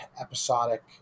episodic